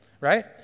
right